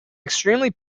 extremely